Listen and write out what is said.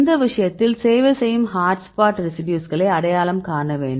இந்த விஷயத்தில் சேவை செய்யும் ஹாட்ஸ்பாட் ரெசிடியூஸ்களை அடையாளம் காண வேண்டும்